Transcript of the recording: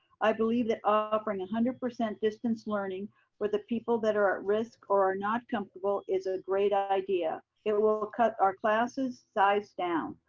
i believe that ah offering one hundred percent distance learning for the people that are at risk or not comfortable is a great idea. it will will cut our class's size down.